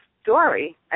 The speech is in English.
story